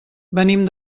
venim